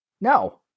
No